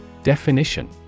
Definition